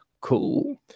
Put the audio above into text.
cool